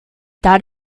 that